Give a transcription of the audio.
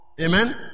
Amen